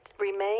remain